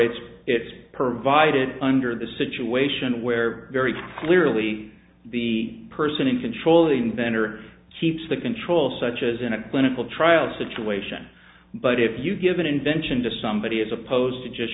it's it's provided under the situation where very clearly the person in control of the inventor keeps the control such as in a clinical trial situation but if you give an invention to somebody as opposed to just